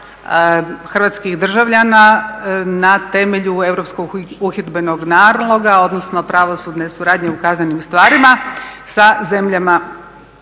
hrvatskih državljana na temelju europskog uhidbenog naloga odnosno pravosudne suradnje u kaznenim stvarima sa zemljama Europske